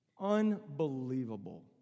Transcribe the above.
Unbelievable